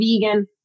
vegan